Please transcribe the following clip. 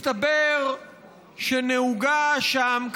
מסתבר שנהוגה שם,